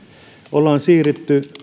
ollaan siirrytty